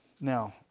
Now